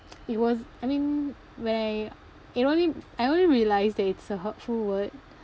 it was I mean wh~ it only I only realise that it's a hurtful word